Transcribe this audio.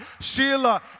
Sheila